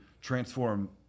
transform